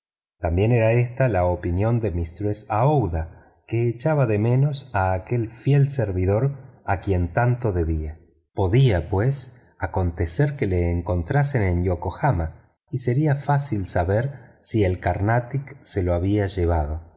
también era ésta la opinión de mistress aouida que echaba de menos a aquel fiel servidor a quien tanto debía podía pues acontecer que lo encontrasen en yokohama y sería fácil saber si el carnatic se lo había llevado